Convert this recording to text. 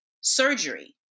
surgery